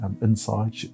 inside